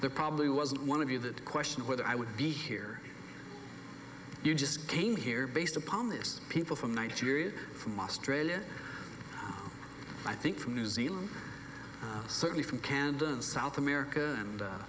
there probably wasn't one of you that question whether i would be here you just came here based upon this people from nigeria from australia i think from new zealand certainly from canada south america and